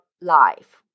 life